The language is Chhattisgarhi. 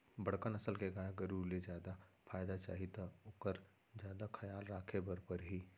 बड़का नसल के गाय गरू ले जादा फायदा चाही त ओकर जादा खयाल राखे बर परही